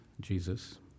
Jesus